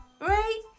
right